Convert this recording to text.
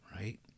Right